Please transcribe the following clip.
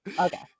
okay